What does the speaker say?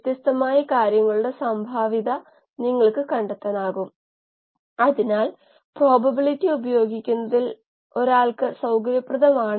വ്യവസായകമായി വാസ്തവത്തിൽ കുറച്ചു കാര്യങ്ങളെ നോക്കൂ ഇവയൊക്കെ സാധാരണമാണ്